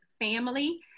family